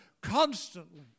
constantly